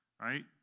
right